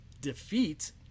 defeat